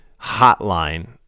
hotline